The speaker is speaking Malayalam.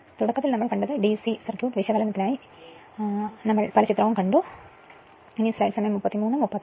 തുടക്കത്തിൽ നമ്മൾ കണ്ടത് DC സർക്യൂട്ട് വിശകലനത്തിനായി എന്തെങ്കിലും കണ്ടിട്ടുണ്ടെന്ന് ഞാൻ കരുതുന്നു അതിനാൽ സമാനമായി 5 മണിക്കൂർ ഇടവേള